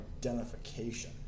identification